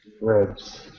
Ribs